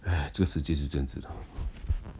哎这个世界是真实的